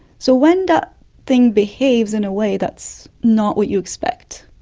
so when that thing behaves in a way that's not what you expect,